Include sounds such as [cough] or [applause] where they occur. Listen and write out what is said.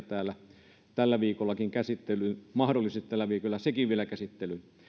[unintelligible] täällä vielä käsittelyyn mahdollisesti tällä viikolla senkin vielä käsittelyyn